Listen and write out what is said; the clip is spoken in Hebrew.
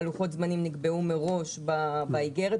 לוחות הזמים נקבעו מראש באיגרת,